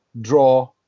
draw